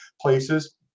places